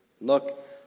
Look